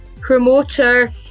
promoter